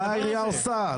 מה העירייה עושה?